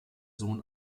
sohn